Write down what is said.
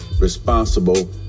responsible